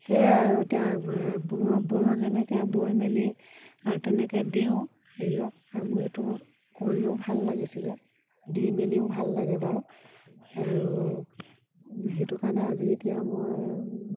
সেয়াই আৰু এতিয়া বওঁ যেনেকৈ বৈ মেলি আৰু তেনেকৈ দিওঁ হেৰিয়ক আৰু মোৰ সেইটো কৰিও ভাল লাগিছিলে দি মেলিও ভাল লাগে বাৰু আৰু সেইটো কাৰণে আজি এতিয়া মই